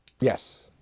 Yes